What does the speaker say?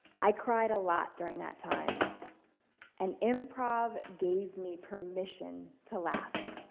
i cried a lot during that time and improv gave me permission to laugh.